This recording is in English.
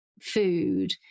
food